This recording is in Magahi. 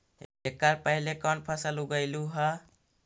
एकड़ पहले कौन फसल उगएलू हा?